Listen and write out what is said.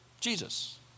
Jesus